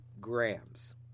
grams